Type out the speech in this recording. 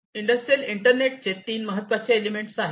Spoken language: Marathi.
इंडस्ट्रियल इंटरनेटचे तीन महत्त्वाचे एलिमेंट आहेत